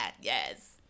yes